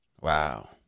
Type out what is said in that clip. Wow